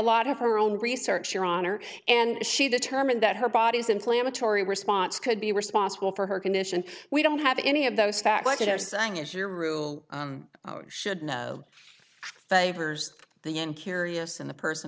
lot of her own research your honor and she determined that her body's inflammatory response could be responsible for her condition we don't have any of those facts that are saying is your rule should no favors the incurious in the person